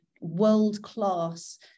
world-class